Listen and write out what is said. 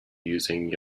using